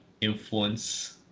influence